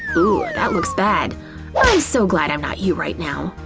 ooh, that looks bad. i'm so glad i'm not you right now.